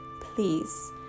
please